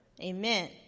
Amen